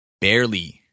Barely